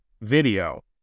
video